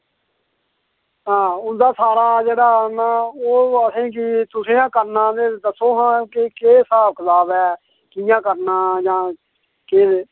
हां उं'दा सारा जेह्ड़ा ओह् असें यूज तुसें गै करना भी दस्सो हां केह् स्हाब कताब ऐ कि'यां करना जां केह्